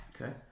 Okay